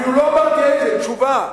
אפילו אמרתי איזו תשובה.